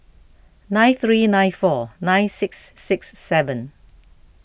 nine three nine four nine six six seven